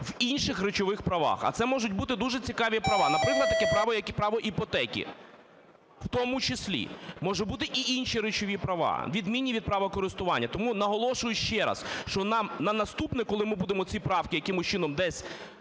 в інших речових правах, а це можуть бути дуже цікаві права, наприклад, таке право, як і право іпотеки, в тому числі може бути, і інші речові права, відмінні від права користування. Тому наголошую ще раз, що нам наступне, коли ми будемо ці правки якимось чином десь